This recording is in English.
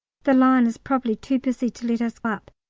the line is probably too busy to let us up.